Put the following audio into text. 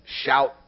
shout